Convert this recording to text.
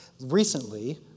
Recently